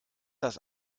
das